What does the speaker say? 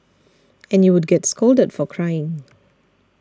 and you would get scolded for crying